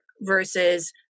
versus